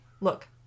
look